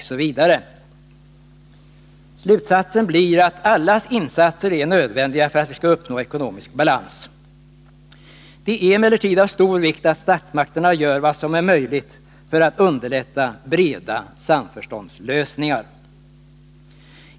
Slutsatsen blir att allas insatser är nödvändiga för att vi skall uppnå ekonomisk balans. Det är emellertid av stor vikt att statsmakterna gör vad som är möjligt för att underlätta breda samförståndslösningar.